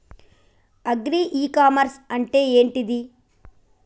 Agri e commerce అంటే ఏంటిది?